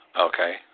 Okay